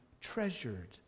treasured